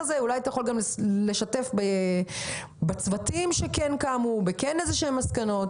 אולי אתה יכול לשתף אותנו בצוותים שעבדו על זה ובמסקנות שלכם?